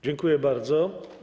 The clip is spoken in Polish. Dziękuję bardzo.